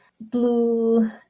blue